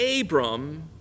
Abram